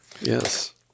yes